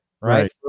right